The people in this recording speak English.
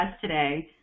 today